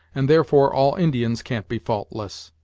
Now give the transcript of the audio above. and therefore all indians can't be faultless.